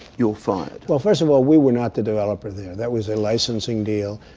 you're fired? well, first of all, we were not the developer there. that was a licensing deal.